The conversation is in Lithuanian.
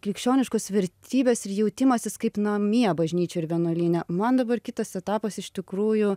krikščioniškos vertybės ir jautimasis kaip namie bažnyčio ir vienuolyne man dabar kitas etapas iš tikrųjų